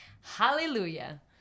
hallelujah